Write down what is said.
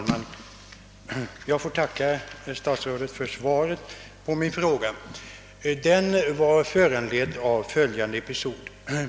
Herr talman! Jag tackar herr statsrådet för svaret på min fråga, som var föranledd av följande episod.